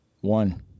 One